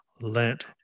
let